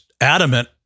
adamant